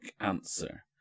answer